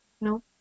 no